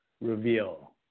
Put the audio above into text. reveal